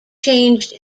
changed